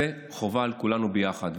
זה חובה על כולנו ביחד.